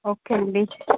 okay అండి